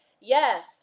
Yes